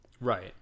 right